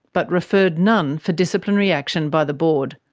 but referred none for disciplinary action by the board.